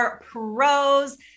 pros